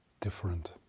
different